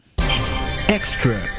Extra